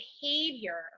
behavior